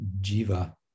jiva